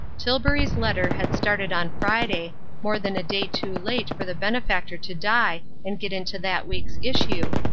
tilbury's letter had started on friday, more than a day too late for the benefactor to die and get into that week's issue,